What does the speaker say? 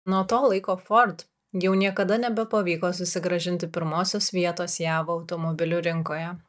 nuo to laiko ford jau niekada nebepavyko susigrąžinti pirmosios vietos jav automobilių rinkoje